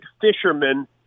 fishermen